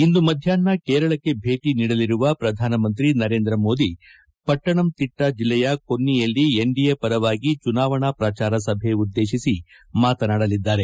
ಇಂದು ಮಧ್ಯಾಪ್ನ ಕೇರಳಕ್ಕೆ ಭೇಟಿ ನೀಡಲಿರುವ ಪ್ರಧಾನಮಂತ್ರಿ ನರೇಂದ್ರ ಮೋದಿ ಪಟ್ಟಣಂತಿಟ್ಟ ಜಿಲ್ಲೆಯ ಕೊನ್ನಿಯಲ್ಲಿ ಎನ್ಡಿಎ ಪರವಾಗಿ ಚುನಾವಣಾ ಪ್ರಜಾರ ಸಬ ಉದ್ದೇಶಿಸಿ ಮಾತನಾಡಲಿದ್ದಾರೆ